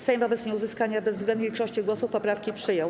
Sejm wobec nieuzyskania bezwzględnej większości głosów poprawki przyjął.